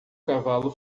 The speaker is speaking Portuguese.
cavalo